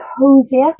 cozier